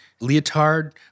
leotard